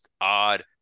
odd